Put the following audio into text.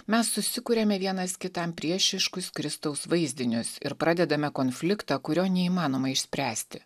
mes susikuriame vienas kitam priešiškus kristaus vaizdinius ir pradedame konfliktą kurio neįmanoma išspręsti